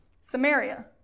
Samaria